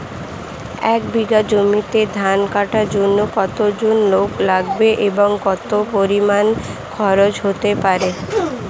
এক বিঘা জমিতে ধান কাটার জন্য কতজন লোক লাগবে এবং কত পরিমান খরচ হতে পারে?